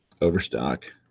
overstock